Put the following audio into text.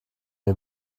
mir